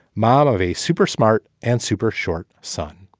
mom of a super smart and super short son.